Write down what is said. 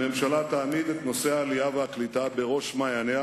הממשלה תעמיד את נושא העלייה והקליטה בראש מעייניה